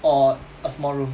or a small room